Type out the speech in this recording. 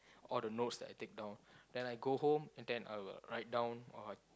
all the notes that I take down then I go home and then I will write down all